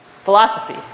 philosophy